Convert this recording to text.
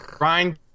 Ryan